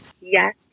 Yes